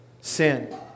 Sin